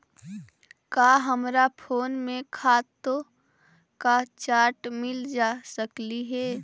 का हमरा फोन में खातों का चार्ट मिल जा सकलई हे